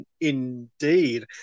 Indeed